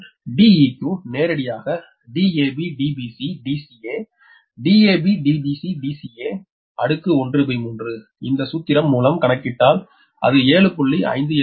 அதனால் Deq நேரடியாக DabDbcDca13 இந்த சூத்திரம் மூலம் கணக்கிட்டால் அது 7